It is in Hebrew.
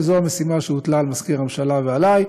וזו המשימה שהוטלה על מזכיר הממשלה ועלי.